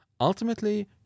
Ultimately